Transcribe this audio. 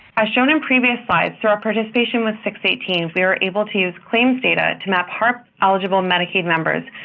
as shown in previous slides through our participation with six eighteen, we are able to use claims data to map harp-eligible medicaid members,